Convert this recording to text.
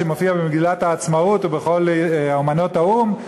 שמופיע במגילת העצמאות ובכל אמנות האו"ם,